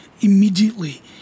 immediately